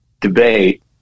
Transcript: debate